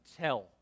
tell